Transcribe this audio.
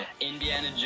Indiana